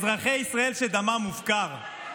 אזרחי ישראל, שדמם מופקר.